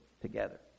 together